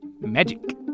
Magic